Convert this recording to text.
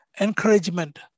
encouragement